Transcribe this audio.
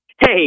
Hey